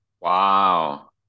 Wow